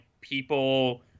people